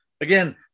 Again